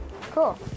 cool